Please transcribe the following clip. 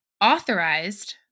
authorized